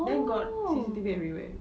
then got C_C_T_V everywhere